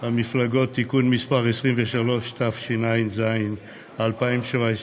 המפלגות (תיקון מס' 23), התשע"ז 2017,